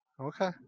okay